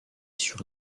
sur